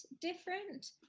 different